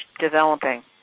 developing